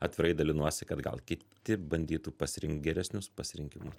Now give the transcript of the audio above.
atvirai dalinuosi kad gal kiti bandytų pasirinkt geresnius pasirinkimus